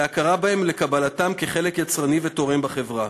להכרה בהם ולקבלתם כחלק יצרני ותורם בחברה.